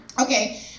okay